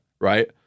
right